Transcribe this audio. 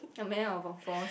a man out of four